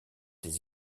des